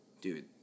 Dude